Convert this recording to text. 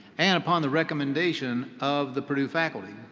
and upon the recommendation of the purdue faculty,